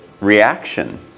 reaction